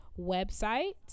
website